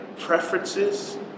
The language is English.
preferences